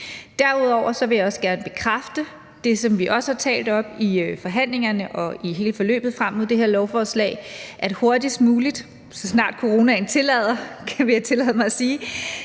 Derudover vil jeg også gerne bekræfte det, som vi også har talt om i forhandlingerne og hele forløbet frem mod det her lovforslag, nemlig at jeg hurtigst muligt, og så snart coronaen tillader det, vil jeg tillade mig at sige,